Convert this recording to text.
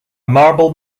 marble